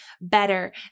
better